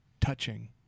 touching